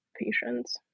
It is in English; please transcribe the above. patients